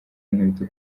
inkweto